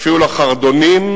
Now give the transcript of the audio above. אפילו לחרדונים.